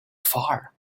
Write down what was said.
far